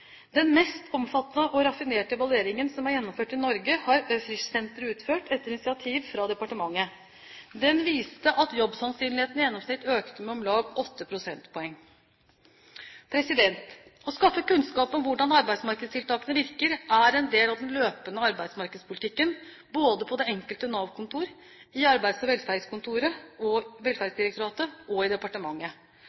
Den mest omfattende og raffinerte evalueringen som er gjennomført i Norge, har Frischsenteret utført etter initiativ fra departementet. Den viste at jobbsannsynligheten i gjennomsnitt økte med om lag åtte prosentpoeng. Å skaffe kunnskap om hvordan arbeidsmarkedstiltakene virker, er en del av den løpende arbeidsmarkedspolitikken, både på det enkelte Nav-kontor, i Arbeids- og velferdsdirektoratet og